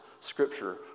scripture